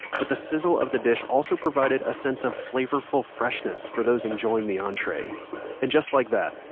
but the sizzle of the dish also provided a sense of flavorful freshness for those enjoying the entree and just like that,